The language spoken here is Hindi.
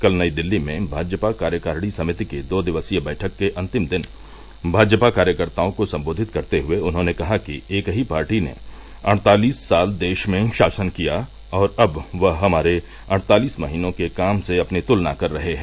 कल नई दिल्ली में भाजपा कार्यकारिणी समिति की दो दिवसीय बैठक के अन्तिम दिन भाजपा कार्यकर्ताओं को सम्बोधित करते हुए उन्होंने कहा कि एक ही पार्टी ने अड़तालिस साल देश में शासन किया और अब वह हमारे अड़तालिस महीनों के काम से अपनी तुलना कर रहे हैं